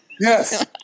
Yes